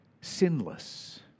sinless